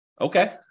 Okay